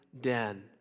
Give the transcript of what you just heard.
den